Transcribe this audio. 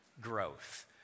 growth